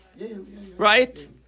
right